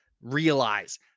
realize